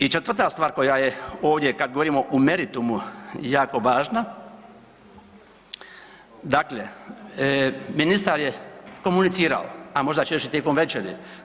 I četvrta stvar koja je ovdje kad govorimo o meritumu jako važna, dakle ministar je komunicirao, a možda će još i tijekom večeri.